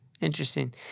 Interesting